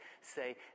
say